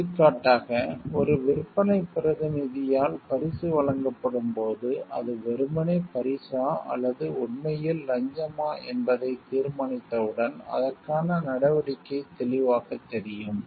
எடுத்துக்காட்டாக ஒரு விற்பனைப் பிரதிநிதியால் பரிசு வழங்கப்படும் போது அது வெறுமனே பரிசா அல்லது உண்மையில் லஞ்சமா என்பதைத் தீர்மானித்தவுடன் அதற்கான நடவடிக்கை தெளிவாகத் தெரியும்